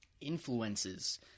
Influences